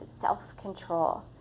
self-control